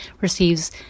receives